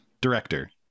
director